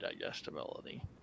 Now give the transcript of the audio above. digestibility